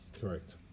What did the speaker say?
Correct